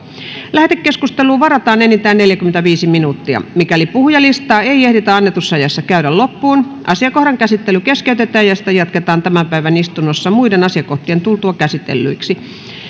lähetekeskusteluun varataan enintään neljäkymmentäviisi minuuttia mikäli puhujalistaa ei ehditä annetussa ajassa käydä loppuun asiakohdan käsittely keskeytetään ja sitä jatketaan tämän päivän istunnossa muiden asiakohtien tultua käsitellyiksi